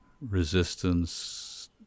resistance